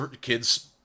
kids